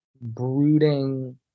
brooding